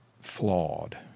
flawed